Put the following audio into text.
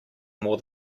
more